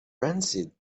rancid